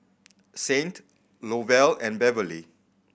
Saint Lovell and Beverley